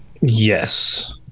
Yes